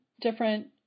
different